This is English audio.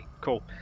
Cool